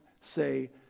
say